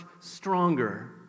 stronger